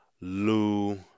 Lou